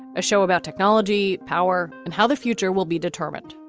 a show about technology power and how the future will be determined.